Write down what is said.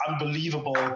unbelievable